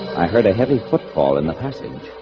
i heard a heavy footfall in the passage